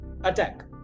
attack